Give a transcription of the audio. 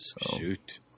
Shoot